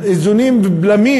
איזונים ובלמים,